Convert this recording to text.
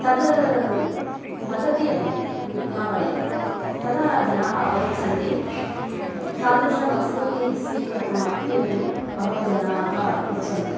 तद् वदति अपि विज्ञापने तदा जनाः अवगच्छन्ति तादृशवस्तूनि स्वीकर्तुमपि बहवः जनाः इच्छन्ति